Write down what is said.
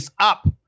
up